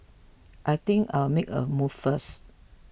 I think I'll make a move first